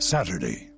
Saturday